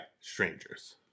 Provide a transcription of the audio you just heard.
Strangers